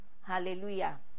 Hallelujah